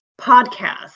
podcast